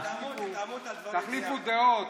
תחליפו דעות,